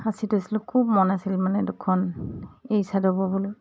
সাঁচি থৈছিলোঁ খুব মন আছিল মানে দুখন এৰী চাদৰ ব'বলৈ